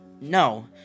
No